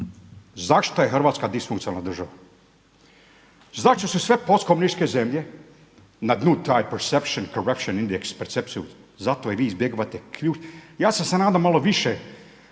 Zašto je Hrvatska disfunkcionalna država? Zašto se sve postkomunističke zemlje na dnu taj …/Govornik govori engleski, ne razumije se./… percepciju, zato jer vi izbjegavate ključ. Ja sam se nadao malo više